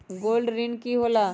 Gold ऋण की होला?